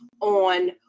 on